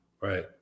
Right